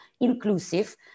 inclusive